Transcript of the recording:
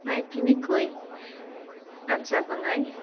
মায়ে কেনেকৈ আঞ্জা বনাই